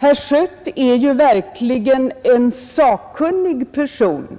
Herr Schött är verkligen en sakkunnig person